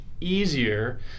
easier